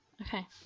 Okay